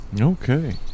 Okay